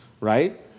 right